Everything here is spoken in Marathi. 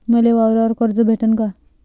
मले वावरावर कर्ज भेटन का?